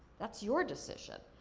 that's your decision.